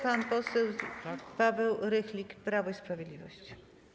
Pan poseł Paweł Rychlik, Prawo i Sprawiedliwość.